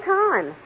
time